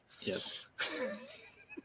Yes